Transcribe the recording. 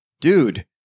dude